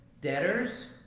Debtors